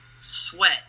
sweat